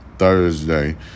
Thursday